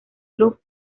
club